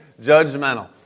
judgmental